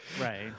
Right